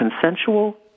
consensual